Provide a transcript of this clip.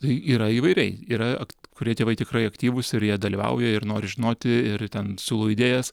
tai yra įvairiai yra kurie tėvai tikrai aktyvūs ir jie dalyvauja ir nori žinoti ir ten siūlo idėjas